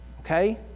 Okay